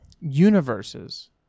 universes